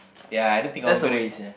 ya I don't think I'm gonna